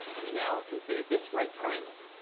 we now consider this right triangle.